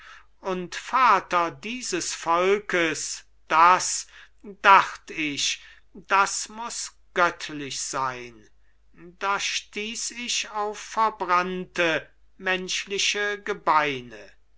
und vater dieses volkes das dacht ich das muß göttlich sein da stieß ich auf verbrannte menschliche gebeine